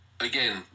again